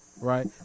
right